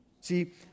See